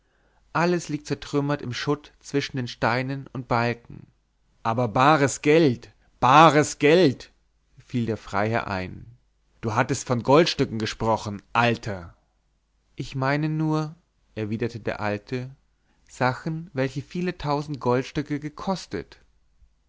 alles liegt zertrümmert im schutt zwischen den steinen und balken aber bares geld bares geld fiel der freiherr ein du hast von goldstücken gesprochen alter ich meine nur erwiderte der alte sachen welche viele tausend goldstücke gekostet